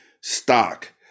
stock